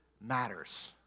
matters